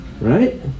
right